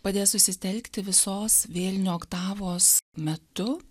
padės susitelkti visos vėlinių oktavos metu